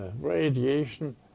radiation